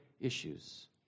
issues